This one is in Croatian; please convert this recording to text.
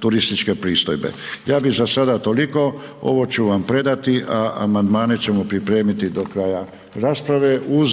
turističke pristojbe. Ja bi za sada toliko ovo ću vam predati, a amandmane ćemo pripremiti do kraja rasprave uz